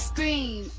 Scream